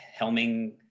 Helming